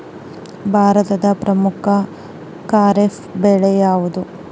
ಭಾರತದ ಪ್ರಮುಖ ಖಾರೇಫ್ ಬೆಳೆ ಯಾವುದು?